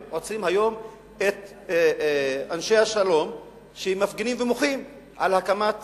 אם עוצרים היום את אנשי השלום שמפגינים ומוחים על הקמת